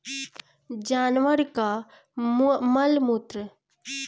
जानवर कअ मलमूत्र पनियहवा खाद कअ बढ़िया माध्यम होला